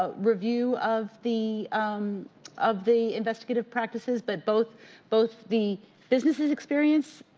ah review of the um of the investigative practices. but, both both the businesses experience,